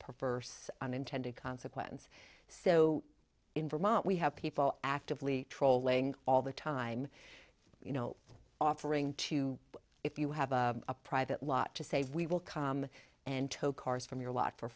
perverse unintended consequence so in vermont we have people actively trolling all the time you know offering to if you have a private lot to say we will come and tow cars from your lot for